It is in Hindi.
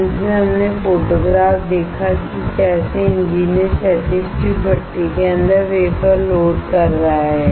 अंत में हमने फोटोग्राफ देखा कि कैसे इंजीनियर क्षैतिज ट्यूब भट्ठी के अंदर वेफर लोड कर रहा है